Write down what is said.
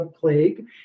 plague